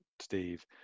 Steve